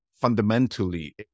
fundamentally